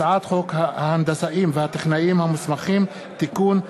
הצעת חוק ההנדסאים והטכנאים המוסמכים (תיקון)